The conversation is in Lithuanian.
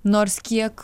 nors kiek